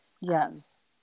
Yes